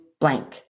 blank